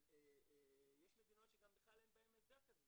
אבל יש מדינות שגם בכלל אין בהן הסדר כזה,